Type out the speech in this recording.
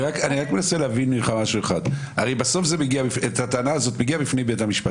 אני רק מנסה להבין משהו אחד הרי בסוף הטענה הזאת מגיעה לבית משפט,